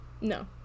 No